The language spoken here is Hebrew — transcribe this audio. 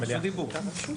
דיבור.